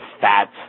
fat